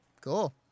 Cool